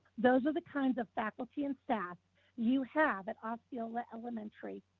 those are the kinds of faculty and staff you have at osceola elementary.